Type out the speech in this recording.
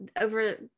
over